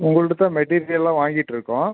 உங்கள்ட்ட தான் மெட்டீரியல்லாம் வாங்கிட்டுருக்கோம்